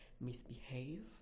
misbehave